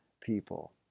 people